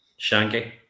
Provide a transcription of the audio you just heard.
Shanky